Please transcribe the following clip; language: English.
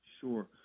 Sure